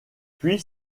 puis